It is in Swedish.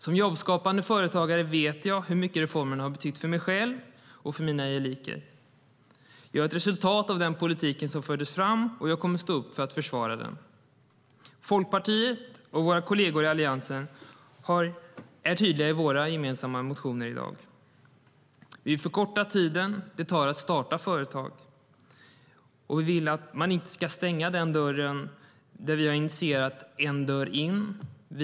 Som jobbskapande företagare vet jag hur mycket reformerna har betytt för mig själv och för mina gelikar. Jag är ett resultat av den politik som fördes fram, och jag kommer att stå upp för att försvara den. Folkpartiet och våra kolleger i Alliansen är tydliga i våra gemensamma motioner. Vi vill förkorta tiden det tar att starta företag, och vi vill inte att man ska stänga den dörr vi har initierat som En dörr in.